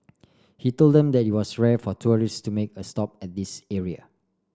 he told them that it was rare for tourist to make a stop at this area